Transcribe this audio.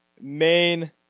main